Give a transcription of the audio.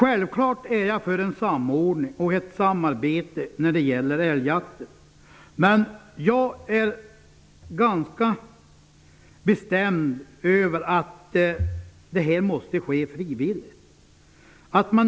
Jag är självfallet för en samordning och ett samarbete när det gäller älgjakten, men jag är ganska bestämd i fråga om att det här måste ske frivilligt.